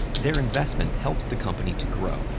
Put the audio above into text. their investment helps the company to grow,